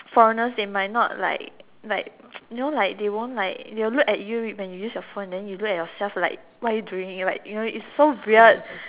foreigners they might not like like you know like they won't like they will look at you when you use your phone then you look at yourself like what are you doing you know like it's so weird